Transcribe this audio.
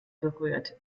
berührt